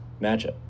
matchup